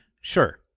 sure